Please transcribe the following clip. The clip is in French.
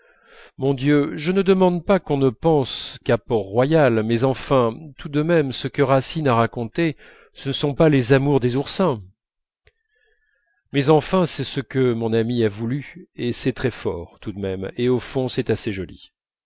mon dieu je ne demande pas qu'on ne pense qu'à port-royal mais enfin tout de même ce que racine a raconté ce ne sont pas les amours des oursins mais enfin c'est ce que mon ami a voulu et c'est très fort tout de même et au fond c'est assez joli